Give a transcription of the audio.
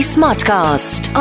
Smartcast